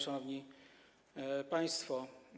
Szanowni Państwo!